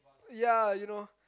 ya you know